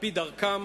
על-פי דרכם,